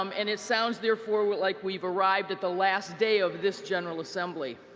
um and it sounds, therefore, like we've arrived at the last day of this general assembly.